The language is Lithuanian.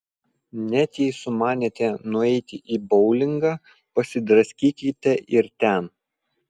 net jei sumanėte nueiti į boulingą pasidraskykite ir ten